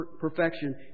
perfection